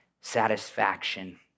satisfaction